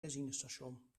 benzinestation